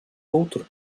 outro